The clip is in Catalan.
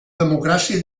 democràcia